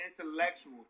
intellectual